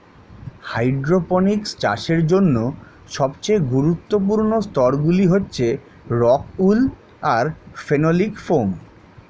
hydroponics চাষের জন্য সবচেয়ে গুরুত্বপূর্ণ স্তরগুলি হচ্ছে রক্ উল আর ফেনোলিক ফোম